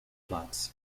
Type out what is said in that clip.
platz